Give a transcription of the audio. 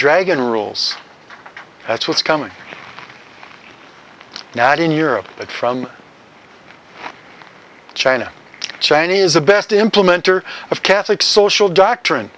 dragon rules that's what's coming now in europe but from china chinese the best implementer of catholic social doctrine